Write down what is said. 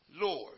Lord